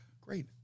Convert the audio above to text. great